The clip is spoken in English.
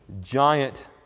giant